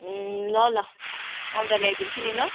ल ल आउँदा ल्याइदिन्छु नि ल